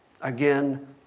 Again